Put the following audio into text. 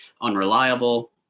unreliable